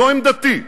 זו עמדתי.